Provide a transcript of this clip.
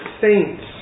saints